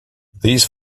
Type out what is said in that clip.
these